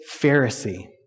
Pharisee